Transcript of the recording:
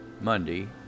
Monday